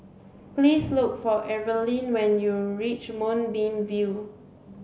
please look for Eveline when you reach Moonbeam View